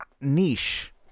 niche